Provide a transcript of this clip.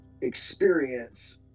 experience